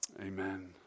Amen